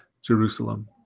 Jerusalem